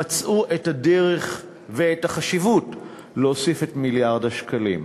הם מצאו את הדרך ואת החשיבות להוסיף את מיליארד השקלים.